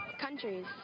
Countries